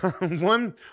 one